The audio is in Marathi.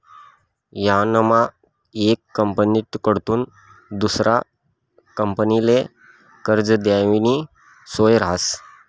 यानामा येक कंपनीकडथून दुसरा कंपनीले कर्ज देवानी सोय रहास